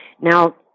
Now